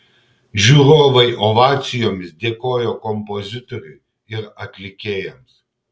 žiūrovai ovacijomis dėkojo kompozitoriui ir atlikėjams